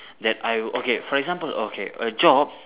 that I would okay for example okay a job